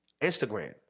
Instagram